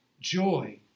joy